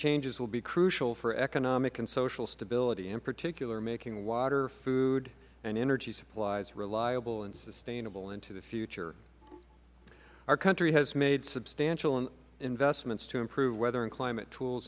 changes will be crucial for economic and social stability and in particular making water food and energy supplies reliable and sustainable into the future our country has made substantial investments to improve weather and climate tools